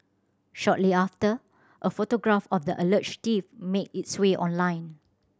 shortly after a photograph of the alleged thief made its way online